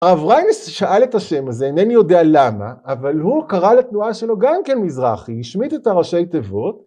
הרב ריינס שאל את השם הזה, אינני יודע למה, אבל הוא קרא לתנועה שלו גם כן מזרחי, השמיט את הראשי תיבות.